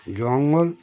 জঙ্গল